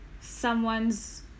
someone's